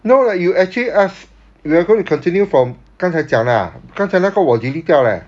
no lah you actually I've we're going to continue from 刚才讲的 ah 刚才那个我 delete 掉 leh